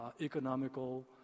economical